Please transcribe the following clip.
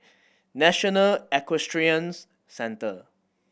National Equestrian Centre